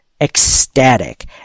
ecstatic